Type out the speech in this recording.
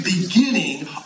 beginning